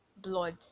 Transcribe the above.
blood